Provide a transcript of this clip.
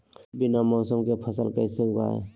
बिना मौसम के फसल कैसे उगाएं?